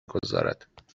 گذارد